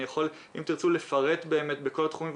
אם תרצו, אני יכול לפרט בכל התחומים.